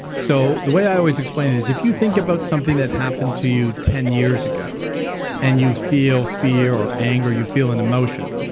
so the way i always explain it is if you think about something that happened to you ten years ago and you feel fear or anger, you feel an emotion,